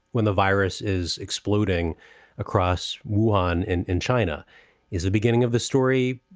when the virus is exploding across, one in in china is the beginning of the story.